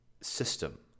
system